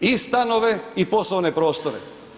I stanove i poslovne prostore.